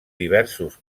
diversos